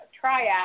tryout